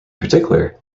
particular